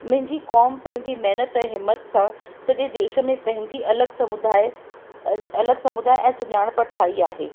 मुंहिंजी क़ौम पंहिंजी महिनत ऐं हिमतु सां सॼे देश में पंहिंजी अलॻि समुदाय अलॻि समुदाय ऐं सुञाणप ठाही आहे